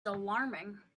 alarming